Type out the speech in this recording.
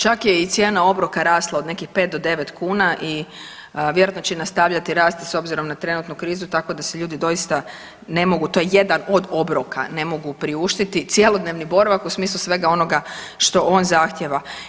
Čak je i cijena obroka rasla od nekih 5 do 9 kuna i vjerojatno će i nastavljati rasti s obzirom na trenutnu krizu, tako da si ljudi doista ne mogu, to je jedan od obroka, ne mogu priuštiti cjelodnevni boravak u smislu svega onoga što on zahtjeva.